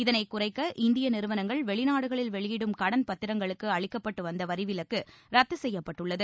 இதனை குறைக்க இந்திய நிறுவனங்கள் வெளிநாடுகளில் வெளியிடும் கடன் பத்திரங்களுக்கு அளிக்கப்பட்டு வந்த வரிவிலக்கு ரத்து செய்யப்பட்டுள்ளது